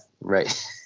right